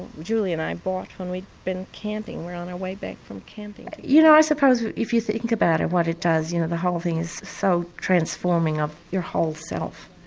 julie and i bought when we'd been camping, we were on our way back from camping. you know i suppose if you think about and what it does, you know the whole thing is so transforming of your whole self.